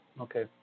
Okay